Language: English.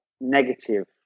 negative